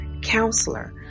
counselor